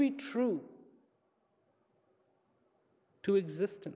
be true to exist